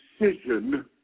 decision